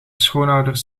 schoonouders